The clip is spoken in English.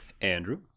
Andrew